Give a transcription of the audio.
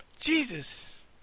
Jesus